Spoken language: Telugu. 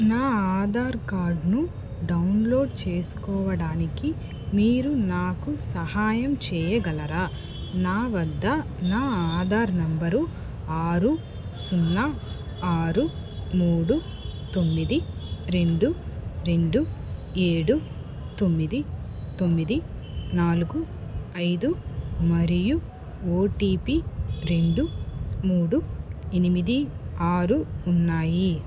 నా ఆధార్కార్డ్ను డౌన్లోడ్ చేసుకోవడానికి మీరు నాకు సహాయం చెయ్యగలరా నా వద్ద నా ఆధార్ నంబరు ఆరు సున్నా ఆరు మూడు తొమ్మిది రెండు రెండు ఏడు తొమ్మిది తొమ్మిది నాలుగు ఐదు మరియు ఓటీపి రెండు మూడు ఎనిమిది ఆరు ఉన్నాయి